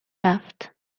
رفت